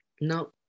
no